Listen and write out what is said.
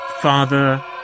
Father